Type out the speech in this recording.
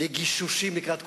לגישושים לקראת קואליציה,